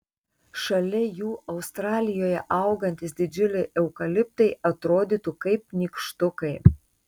šalia jų australijoje augantys didžiuliai eukaliptai atrodytų kaip nykštukai